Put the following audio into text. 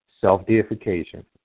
self-deification